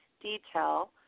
detail